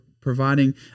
providing